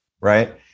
right